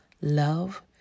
love